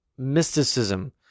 mysticism